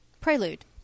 Prelude